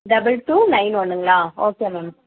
double two nine ஒன்னுங்களா okay ma'am